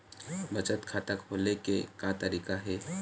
बचत खाता खोले के का तरीका हे?